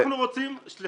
אני